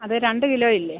അത് രണ്ട് കിലോ ഇല്ലേ